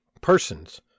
Persons